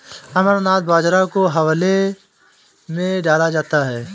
अमरनाथ बाजरा को हलवे में डाला जाता है